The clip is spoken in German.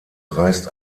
reißt